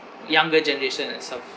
younger generation itself